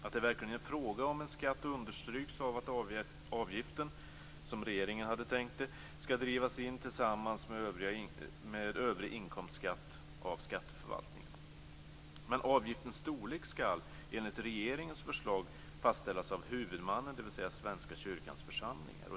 Att det verkligen är fråga om en skatt understryks av att avgiften, som regeringen hade tänkt det, skall drivas in tillsammans med övrig inkomstskatt av skatteförvaltningen. Avgiftens storlek skall dock enligt regeringens förslag fastställas av huvudmannen, dvs. av Svenska kyrkans församlingar.